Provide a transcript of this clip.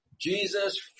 Jesus